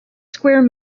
square